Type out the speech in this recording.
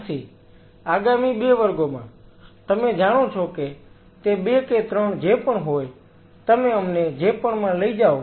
આજથી આગામી 2 વર્ગોમાં તમે જાણો છો કે તે 2 કે 3 જે પણ હોય તમે અમને જે પણ માં લઈ જાઓ